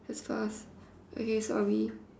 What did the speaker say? that's fast okay so are we